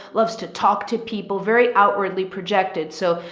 loves to talk to people, very outwardly projected. so,